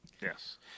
Yes